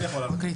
אני יכול לענות.